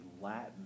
Latin